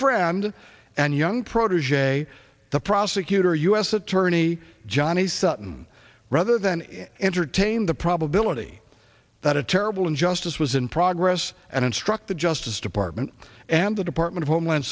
friend and young protege the prosecutor u s attorney johnny sutton rather than entertain the probability that a terrible injustice was in progress and instruct the justice department and the department of homeland